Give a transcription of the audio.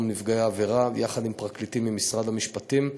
נפגעי עבירה יחד עם פרקליטים ממשרד המשפטים.